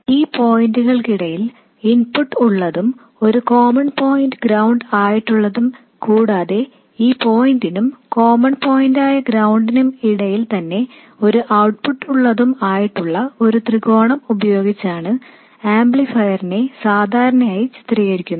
ഈ പോയിൻറുകൾക്കിടയിൽ ഇൻപുട്ട് ഉള്ളതും ഒരു കോമൺ പോയിന്റ് ഗ്രൌണ്ട് ആയിട്ടുള്ളതും കൂടാതെ ഈ പോയിന്റിനും കോമൺ പോയിന്റ് ആയ ഗ്രൌണ്ടിനും ഇടയിൽ തന്നെ ഒരു ഔട്ട്പുട്ട് ഉള്ളതും ആയിട്ടുള്ള ഒരു ത്രികോണം ഉപയോഗിച്ചാണ് ആംപ്ലിഫയറിനെ സാധാരണയായി ചിത്രീകരിക്കുന്നത്